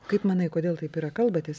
kaip manai kodėl taip yra kalbatės